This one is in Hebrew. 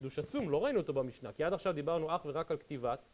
חידוש עצום, לא ראינו אותו במשנה, כי עד עכשיו דיברנו אך ורק על כתיבת